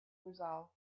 resolve